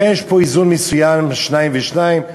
לכן יש פה איזון מסוים: שניים ושניים.